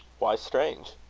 why strange?